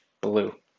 blue